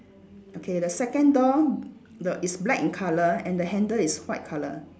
okay the second door the it's black in colour and the handle is white colour